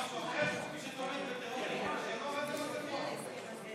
מה יהיה עם ההסתה?